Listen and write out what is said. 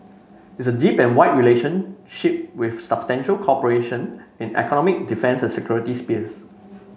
it's a deep and wide relationship with substantial cooperation in economic defence and security spheres